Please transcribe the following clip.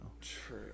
True